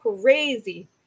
crazy